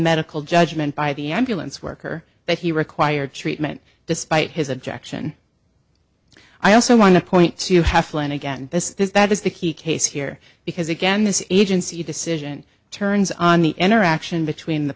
medical judgment by the ambulance worker that he required treatment despite his objection i also want to point to you have flu and again this is that is the key case here because again this agency decision turns on the interaction between the